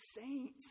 saints